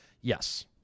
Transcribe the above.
Yes